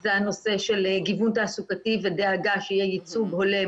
זה הנושא של גיוון תעסוקתי ודאגה שיהיה ייצוג הולם